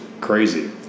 crazy